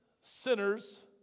sinners